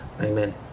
Amen